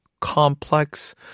complex